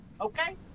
Okay